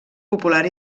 popular